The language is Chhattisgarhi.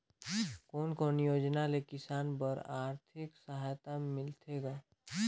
कोन कोन योजना ले किसान बर आरथिक सहायता मिलथे ग?